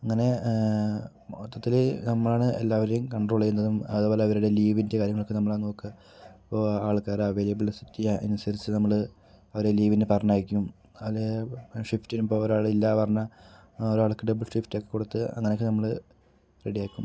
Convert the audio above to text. അങ്ങനെ മൊത്തത്തില് നമ്മളാണ് എല്ലാവരേയും കണ്ട്രോള് ചെയ്യുന്നത് അതുപോലെ അവരുടെ ലീവിൻ്റെ കാര്യങ്ങളൊക്കെ നമ്മളാണ് നോക്കാ ഇപ്പോ ആൾക്കാരുടെ അവൈലബിലിറ്റി അനുസരിച്ച് നമ്മള് അവരെ ലീവിന് പറഞ്ഞയക്കും അതില് ഷിഫ്റ്റിന് ഇപ്പം ഒരാളില്ലാ പറഞ്ഞ് ഒരാൾക്ക് ഡബിൾ ഷിഫ്റ്റൊക്കെ കൊടുത്ത് അങ്ങനേക്കെ നമ്മള് കൊടുത്ത് റെഡി ആക്കും